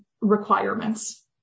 requirements